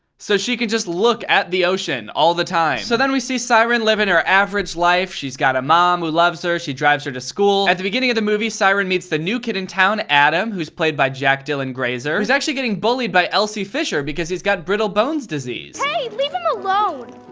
so she could just look at the ocean all the time. so then we see siren living her average life. she's got a mom who loves her, she drives her to school. at the beginning of the movie, siren meets the new kid in town, adam, who's played by jack dylan grazer. he's actually getting bullied by elsie fisher because he's got brittle bones disease. hey, leave him alone!